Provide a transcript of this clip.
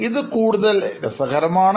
ഇത് കൂടുതൽ രസകരമാണ്